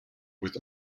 with